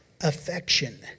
affection